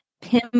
Pim